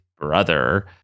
brother